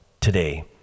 today